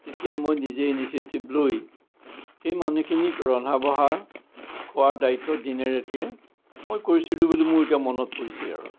তেতিয়া মই নিজে ইনিচিয়েটিভ লৈ সেই মানুহখিনিক ৰন্ধা বঢ়া কৰাৰ দায়িত্ব দিনে ৰাতিয়ে মই কৰিছিলো বুলি মোৰ এতিয়া মনত পৰিছে আৰু